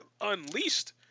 unleashed